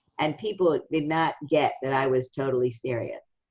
and people did not get that i was totally serious.